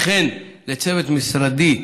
וכן לצוות משרדי: